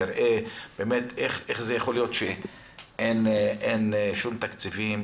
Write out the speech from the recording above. נראה איך זה יכול להיות שאין שום תקציבים,